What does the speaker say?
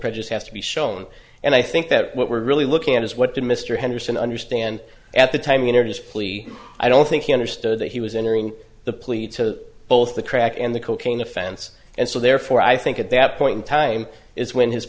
just has to be shown and i think that what we're really looking at is what did mr henderson understand at the time you know his plea i don't think he understood that he was entering the plea to both the track and the cocaine offense and so therefore i think at that point in time is when his